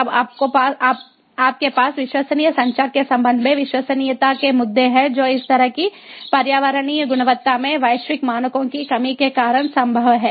तब आपके पास विश्वसनीय संचार के संबंध में विश्वसनीयता के मुद्दे हैं जो इस तरह की पर्यावरणीय गुणवत्ता में वैश्विक मानकों की कमी के कारण संभव है